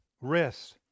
Rest